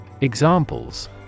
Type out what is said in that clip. EXAMPLES